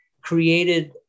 created